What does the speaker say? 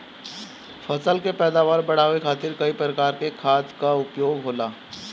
फसल के पैदावार बढ़ावे खातिर कई प्रकार के खाद कअ उपयोग होला